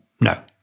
No